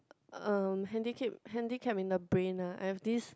um handicap handicapped in the brain lah at this